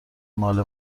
مال